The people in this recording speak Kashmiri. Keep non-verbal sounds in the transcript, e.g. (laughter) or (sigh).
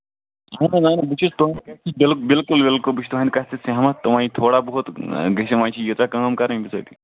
(unintelligible) بہٕ چھُس تُہٕنٛدۍ کَتھِ بِل بِلکُل بِلکُل بہٕ چھُس تُہٕنٛدۍ کَتھِ سۭتۍ سہمت تہٕ وۄنۍ تھوڑا بہت گژھِ وۄنۍ چھِ ییٖژاہ کٲم کَرٕنۍ بِزٲتی